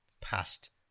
past